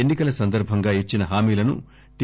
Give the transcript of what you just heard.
ఎన్సి కల సందర్భంగా ఇచ్చిన హామీలను టి